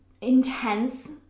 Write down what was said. intense